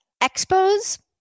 expos